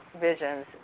visions